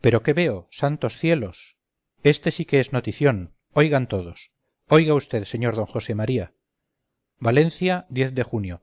pero que veo santos cielos este sí que es notición oigan todos oiga vd sr d josé maría valencia de junio